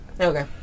okay